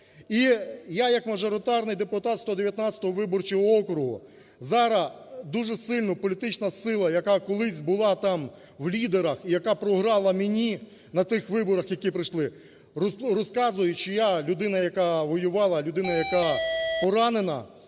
І я, як мажоритарний депутат 119 виборчого округу, зараз дуже сильна політична сила, яка колись була там в лідерах і яка програла мені на тих виборах, які пройшли, розказують, що я людина, яка воювала, людина, яка поранена,